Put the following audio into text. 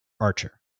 Archer